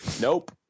Nope